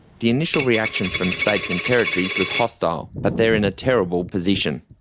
the initial reaction from states and territories was hostile, but they're in a terrible position.